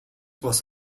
was